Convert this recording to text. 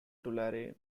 tulare